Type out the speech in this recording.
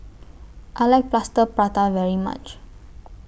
I like Plaster Prata very much